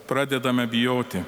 pradedame bijoti